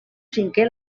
cinquè